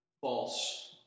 false